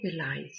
realize